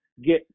Get